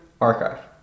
archive